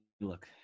look